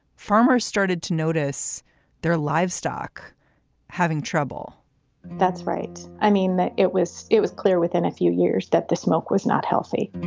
farmers started to notice their livestock having trouble that's right. i mean, it was it was clear within a few years that the smoke was not healthy